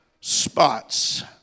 spots